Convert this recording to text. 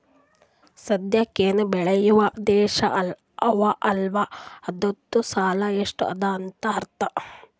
ಸದ್ಯಾಕ್ ಎನ್ ಬೇಳ್ಯವ್ ದೇಶ್ ಅವಾ ಅಲ್ಲ ಅದೂರ್ದು ಸಾಲಾ ಎಷ್ಟ ಅದಾ ಅಂತ್ ಅರ್ಥಾ